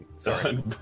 Sorry